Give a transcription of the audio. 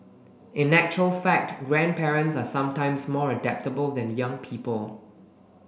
in actual fact grandparents are sometimes more adaptable than young people